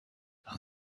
and